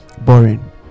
boring